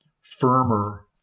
firmer